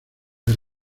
del